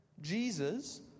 Jesus